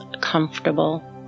comfortable